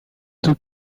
tout